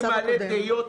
אני מעלה תהיות.